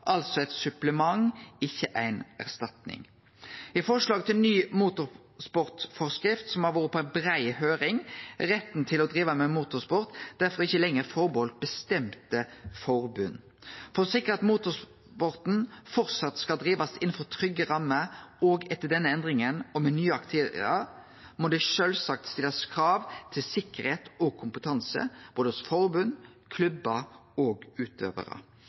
altså eit supplement, ikkje ei erstatning. I forslag til ny motorsportforskrift, som har vore på ei brei høyring, er retten til å drive med motorsport derfor ikkje lenger reservert bestemte forbund. For å sikre at motorsporten framleis skal drivast innanfor trygge rammer òg etter denne endringa og med nye aktørar, må det sjølvsagt stillast krav til sikkerheit og kompetanse hos både forbund, klubbar og utøvarar.